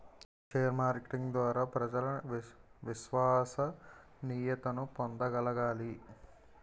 share marketing ద్వారా ప్రజలు విశ్వసనీయతను పొందగలగాలి